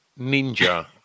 ninja